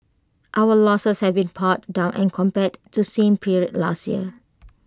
our losses have been pared down and compared to same period last year